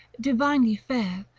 divinely fair,